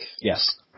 Yes